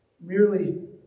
Merely